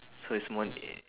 so it's more